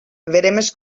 veremes